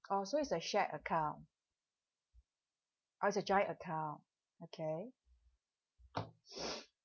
oh so it's a shared account oh it's a joint account okay